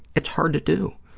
it's hard to do.